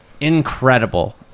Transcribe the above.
incredible